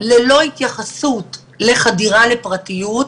ללא התייחסות לחדירה לפרטיות,